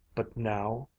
but now,